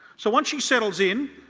so once she settles in,